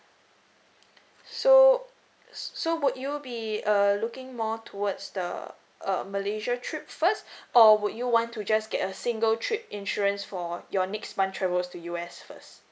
so so would you be err looking more towards the err malaysia trip first or would you want to just get a single trip insurance for your next month travels to U_S first